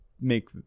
make